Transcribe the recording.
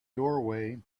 doorway